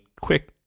quick